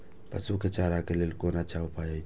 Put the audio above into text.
पशु के चारा के लेल कोन अच्छा उपाय अछि?